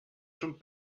schon